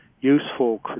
useful